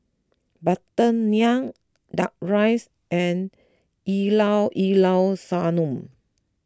Butter Naan Duck Rice and Llao Llao Sanum